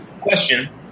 Question